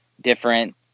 different